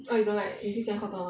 orh you don't like 你不喜欢 cotton on